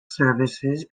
services